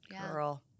Girl